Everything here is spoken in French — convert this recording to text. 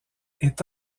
est